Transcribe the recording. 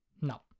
No